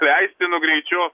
leistinu greičiu